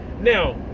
Now